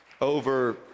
over